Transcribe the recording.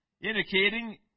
Indicating